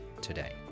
today